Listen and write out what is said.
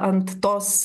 ant tos